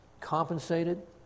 compensated